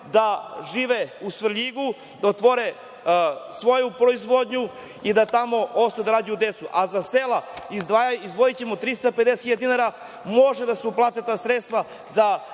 da žive u Svrljigu, da otvore svoju proizvodnju i da tamo ostanu i da rađaju decu, a za sela izdvojićemo 350.000 dinara. Može da se uplate ta sredstva za